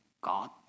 God